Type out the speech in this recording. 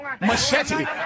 machete